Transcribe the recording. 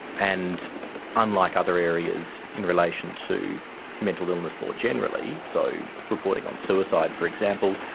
and unlike other areas in relation to mental illness more generally, so reporting on suicide for example,